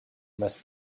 must